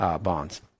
bonds